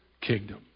kingdom